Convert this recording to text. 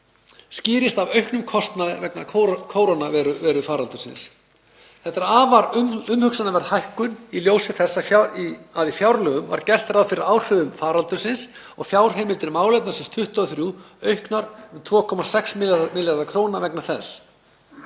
skýrist af auknum kostnaði vegna kórónuveirufaraldursins. Þetta er afar umhugsunarverð hækkun í ljósi þess að í fjárlögum var gert ráð fyrir áhrifum faraldursins og fjárheimildir málefnasviðs 23 auknar um 2,6 milljarða kr. vegna þeirra.